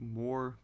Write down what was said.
more